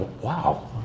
wow